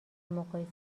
مقایسه